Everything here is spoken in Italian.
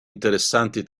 interessanti